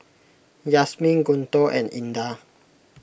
Yasmin Guntur and Indah